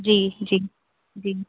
जी जी जी